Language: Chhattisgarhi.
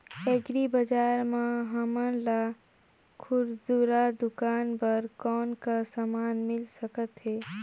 एग्री बजार म हमन ला खुरदुरा दुकान बर कौन का समान मिल सकत हे?